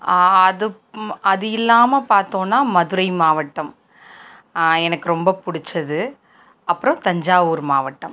அதுக்கும் அது இல்லாமல் பார்த்தோன்னா மதுரை மாவட்டம் எனக்கு ரொம்ப பிடிச்சது அப்புறம் தஞ்சாவூர் மாவட்டம்